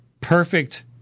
perfect